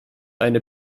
eine